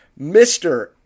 Mr